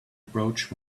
approach